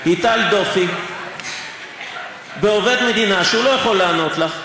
הטלת דופי בעובד מדינה שלא יכול לענות לך,